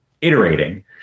iterating